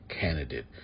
candidate